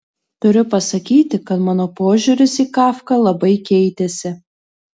turiu pasakyti kad mano požiūris į kafką labai keitėsi